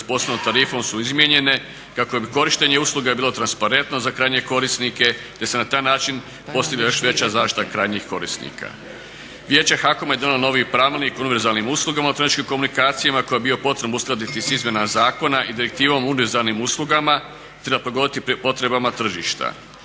s posebnom tarifom su izmijenjene kako bi korištenje usluga bilo transparentno za krajnje korisnike te se na taj način postigla još veća zaštita krajnjih korisnika. Vijeće HAKOM je donijelo novi pravilnik o univerzalnim uslugama elektroničkih komunikacijama koji je bio potreban uskladiti s izmjenama zakona i direktivom univerzalnim uslugama treba prilagoditi tržišta.